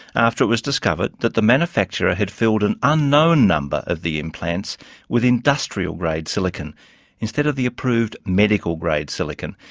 after it was discovered that the manufacturer had filled an unknown number of the implants with industrial grade silicone instead of the approved medical grade silicone.